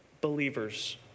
believers